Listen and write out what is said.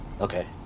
Okay